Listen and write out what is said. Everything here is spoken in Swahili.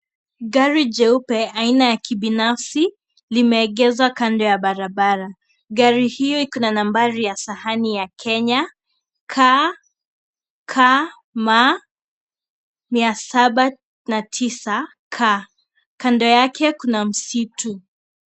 Gari jeupe aina ya kibinafsi limeegezwa kando ya barabara gari hii iko na nambari ya sahani ya Kenya KKM7009K kando yake kuna msitu.